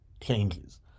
changes